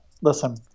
Listen